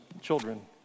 children